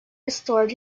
restored